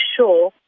sure